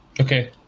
okay